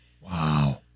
Wow